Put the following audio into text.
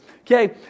Okay